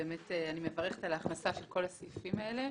אני מברכת על ההכנסה של כל הסעיפים האלה.